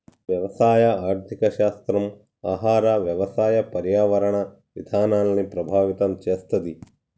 వ్యవసాయ ఆర్థిక శాస్త్రం ఆహార, వ్యవసాయ, పర్యావరణ విధానాల్ని ప్రభావితం చేస్తది